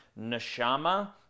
neshama